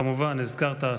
כמובן הזכרת,